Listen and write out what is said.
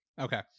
okay